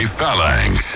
Phalanx